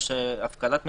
של הפקדת מזומן,